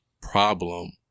problem